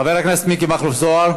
חבר הכנסת מיקי מכלוף זוהר,